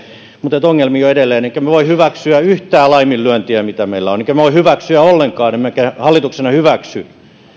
mutta ongelmia on edelleen enkä minä voi hyväksyä yhtään laiminlyöntiä joita meillä on enkä minä voi hyväksyä ollenkaan emmekä hallituksena hyväksy sitä